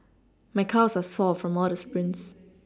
my calves are sore from all the sprints